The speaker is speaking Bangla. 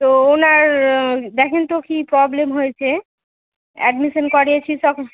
তো ওনার দেখেন তো কী প্রব্লেম হয়েছে অ্যাডমিশান করিয়েছি সক